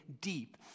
deep